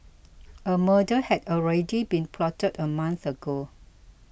a murder had already been plotted a month ago